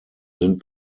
sind